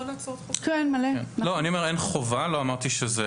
יום העלייה נמצאת